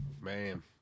man